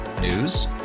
News